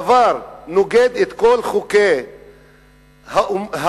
דבר שנוגד את כל חוקי האו"ם,